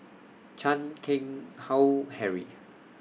Chan Keng Howe Harry